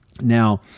Now